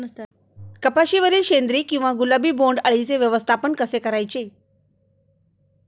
कपाशिवरील शेंदरी किंवा गुलाबी बोंडअळीचे व्यवस्थापन कसे करायचे?